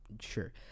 Sure